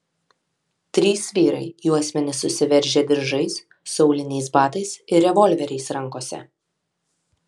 trys vyrai juosmenis susiveržę diržais su auliniais batais ir revolveriais rankose